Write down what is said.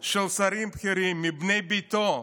של שרים בכירים מבני ביתו,